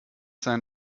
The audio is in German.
sein